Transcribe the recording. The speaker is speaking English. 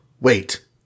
Wait